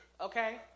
okay